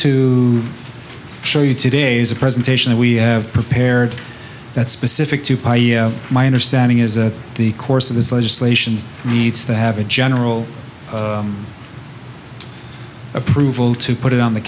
to show you today's a presentation that we have prepared that's specific to piii my understanding is that the course of this legislation needs to have a general approval to put it on the